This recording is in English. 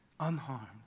unharmed